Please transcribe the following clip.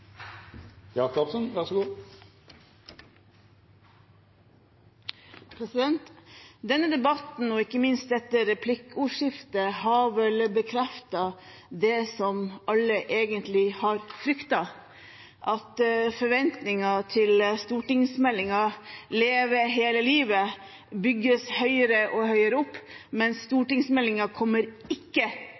ikke minst dette replikkordskiftet har vel bekreftet det som alle egentlig har fryktet – at forventningene til stortingsmeldingen Leve hele livet bygges høyere og høyere opp, men at stortingsmeldingen ikke